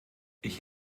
ich